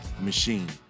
machine